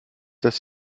dass